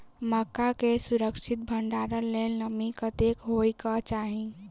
मक्का केँ सुरक्षित भण्डारण लेल नमी कतेक होइ कऽ चाहि?